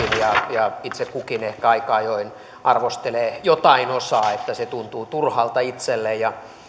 ja itse kukin ehkä aika ajoin arvostelee jotain osaa että se tuntuu turhalta itselle